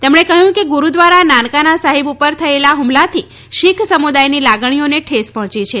તેમણે કહ્યું કે ગુરુદ્વારા નાનકાના સાહિબ પર થયેલા હુમલાથી શીખ સમુદાયની લાગણીઓને ઠેસ પહોંચી છે